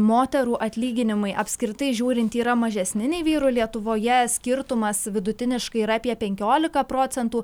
moterų atlyginimai apskritai žiūrint yra mažesni nei vyrų lietuvoje skirtumas vidutiniškai yra apie penkiolika procentų